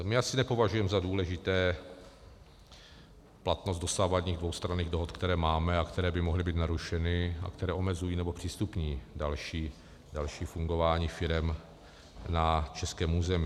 My asi nepovažujeme za důležitou platnost dosavadních dvoustranných dohod, které máme a které by mohly být narušeny a které omezují nebo zpřístupní další fungování firem na českém území.